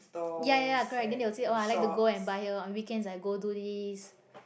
ya ya correct then they will say oh like to go and buy here on weekends I go to this